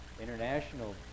international